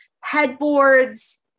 headboards